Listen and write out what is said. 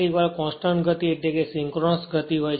કેટલીકવાર કોંસ્ટંટગતિ એટલે સિંક્રોનસ ગતિ છે